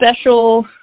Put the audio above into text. special